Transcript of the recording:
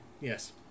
Yes